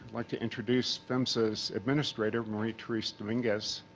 like to introduce phmsa so administrator, marie therese dominguez.